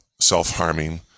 self-harming